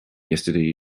yesterday